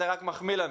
זה רק מחמיא לנו,